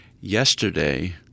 Yesterday